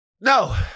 No